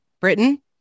Britain